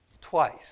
twice